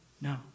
No